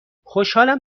خوشحالم